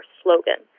slogan